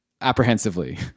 apprehensively